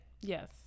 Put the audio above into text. Yes